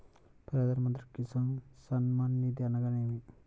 ప్రధాన మంత్రి కిసాన్ సన్మాన్ నిధి అనగా ఏమి?